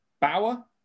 Bauer